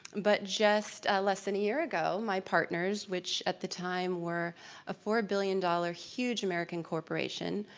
but just less than a year ago, my partners which at the time were a four billion dollars huge american corporation,